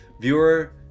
Viewer